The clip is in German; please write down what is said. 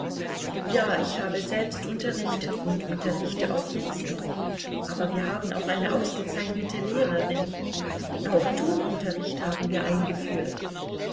ja ich habe selbst unterrichtet und unterrichte auch jetzt noch aber wir haben auch eine ausgezeichnete lehrerin auch turnunterricht haben wir eingeführt